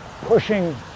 pushing